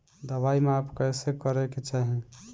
दवाई माप कैसे करेके चाही?